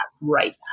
right